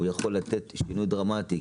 הוא יכול לתת שינוי דרמטי.